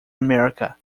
america